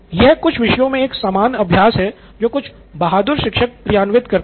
यह कुछ विषयों में एक सामान्य अभ्यास है जो कुछ बहादुर शिक्षक क्रियान्वित करते हैं